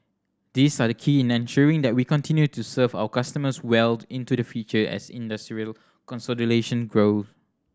these are the key in ensuring that we continue to serve our customers well into the future as industrial consolidation grow